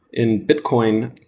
in bitcoin,